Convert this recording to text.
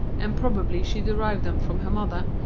and probably she derived them from her mother,